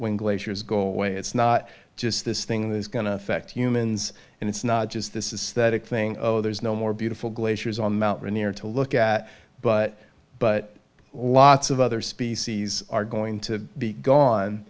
when glaciers go away it's not just this thing that is going to affect humans and it's not just this is that thing oh there's no more beautiful glaciers on mt rainier to look at but but lots of other species are going to be gone